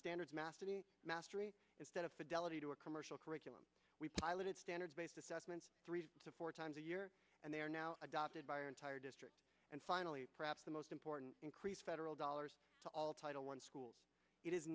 standards master mastery instead of fidelity to a commercial curriculum we piloted standards based assessments three to four times a year and they are now adopted by our entire district and finally perhaps the most important increase federal dollars to all title one schools it is